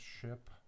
ship